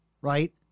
right